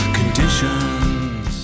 conditions